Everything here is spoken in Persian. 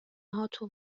هاتو